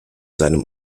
seinem